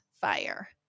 fire